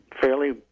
fairly